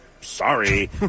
Sorry